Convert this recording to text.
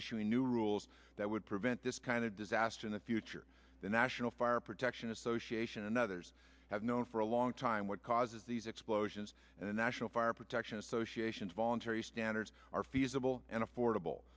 issuing new rules that would prevent this kind of disaster in the future the national fire protection association and others have known for a long time what causes these explosions and the national fire protection association voluntary standards are feasible and affordable